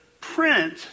print